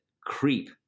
creep